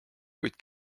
kuid